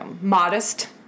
modest